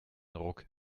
ruck